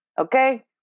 okay